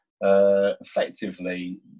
Effectively